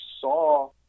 saw